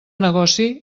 negoci